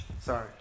Sorry